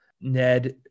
Ned